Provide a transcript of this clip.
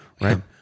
right